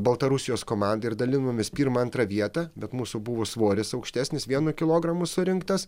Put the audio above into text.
baltarusijos komandą ir dalinomės pirmą antrą vietą bet mūsų buvo svoris aukštesnis vienu kilogramu surinktas